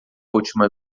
última